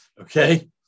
okay